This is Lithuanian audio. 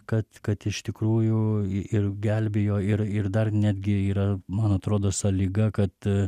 kad kad iš tikrųjų ir gelbėjo ir ir dar netgi yra man atrodo sąlyga kad